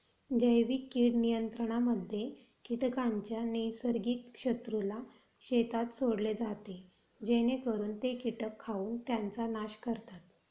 जैविक कीड नियंत्रणामध्ये कीटकांच्या नैसर्गिक शत्रूला शेतात सोडले जाते जेणेकरून ते कीटक खाऊन त्यांचा नाश करतात